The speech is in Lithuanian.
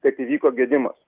kad įvyko gedimas